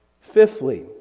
Fifthly